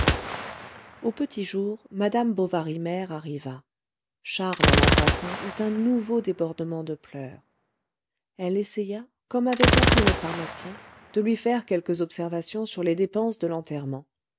au petit jour madame bovary mère arriva charles en l'embrassant eut un nouveau débordement de pleurs elle essaya comme avait tenté le pharmacien de lui faire quelques observations sur les dépenses de l'enterrement